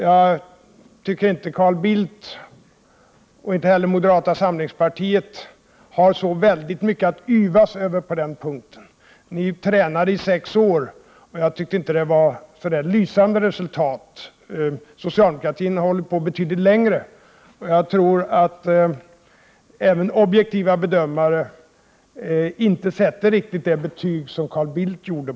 Jag tycker inte att han och inte heller moderata samlingspartiet har så väldigt mycket att yvas över på den punkten. Ni tränade i sex år, och jag anser inte att det gav så lysande resultat. Socialdemokratin har hållit på betydligt längre, och jag tror att även objektiva bedömare inte sätter riktigt det betyg på oss som Carl Bildt gjorde.